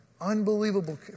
Unbelievable